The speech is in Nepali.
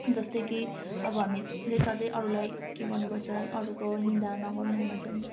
जस्तै कि अब हामीले सधैँ अरूलाई के गर्नुपर्छ है अरूको निन्दा नगर्नु भन्छ नि